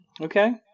Okay